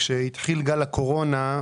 כשהתחיל גל הקורונה.